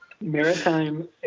Maritime